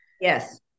Yes